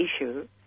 issue